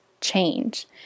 change